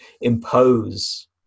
impose